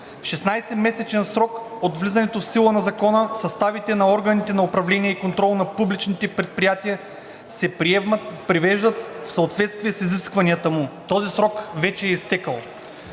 в 16-месечен срок от влизането в сила на Закона съставите на органите на управление и контрол на публичните предприятия се привеждат в съответствие с изискванията му. Този срок вече е изтекъл.